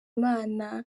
imana